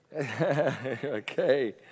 okay